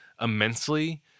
immensely